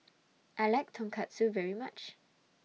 I like Tonkatsu very much